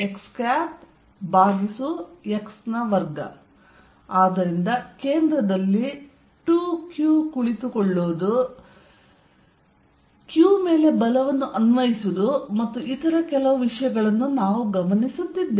F14π02Qqxxx2 ಆದ್ದರಿಂದ ಕೇಂದ್ರದಲ್ಲಿ 2Q ಕುಳಿತುಕೊಳ್ಳುವುದು q ಮೇಲೆ ಬಲವನ್ನು ಅನ್ವಯಿಸುವುದು ಮತ್ತು ಇತರ ಕೆಲವು ವಿಷಯಗಳನ್ನು ನಾವು ಗಮನಿಸುತ್ತಿದ್ದೇವೆ